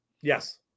Yes